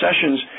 sessions